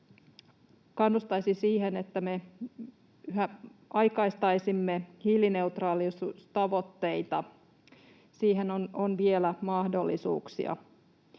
kannustaisin siihen, että me yhä aikaistaisimme hiilineutraaliustavoitteita. Siihen on vielä mahdollisuuksia.